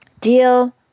deal